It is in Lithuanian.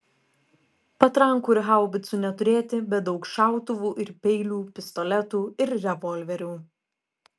patrankų ir haubicų neturėti bet daug šautuvų ir peilių pistoletų ir revolverių